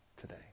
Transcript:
today